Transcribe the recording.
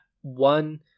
one